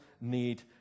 need